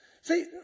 See